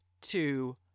two